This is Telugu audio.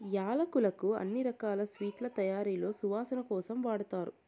యాలక్కులను అన్ని రకాల స్వీట్ల తయారీలో సువాసన కోసం వాడతారు